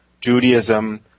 Judaism